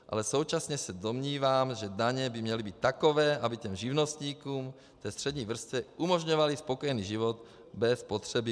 Ale současně se domnívám, že daně by měly být takové, aby těm živnostníkům, té střední vrstvě, umožňovaly spokojený život bez potřeby lumpačit.